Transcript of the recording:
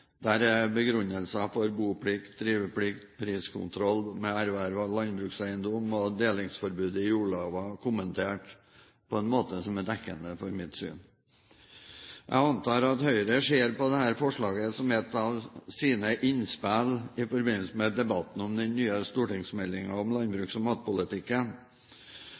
Der er begrunnelser for boplikt, driveplikt, priskontroll ved erverv av landbrukseiendom og delingsforbudet i jordlova kommentert på en måte som er dekkende for mitt syn. Jeg antar at Høyre ser på dette forslaget som et av sine innspill i forbindelse med debatten om den nye stortingsmeldingen om landbruks- og matpolitikken.